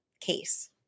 case